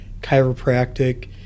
chiropractic